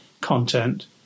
content